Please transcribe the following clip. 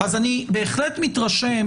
אז אני בהחלט מתרשם